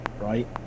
right